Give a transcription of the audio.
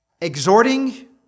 exhorting